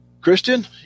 Christian